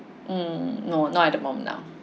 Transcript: mm no not at the moment now